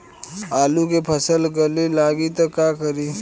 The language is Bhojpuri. आलू के फ़सल गले लागी त का करी?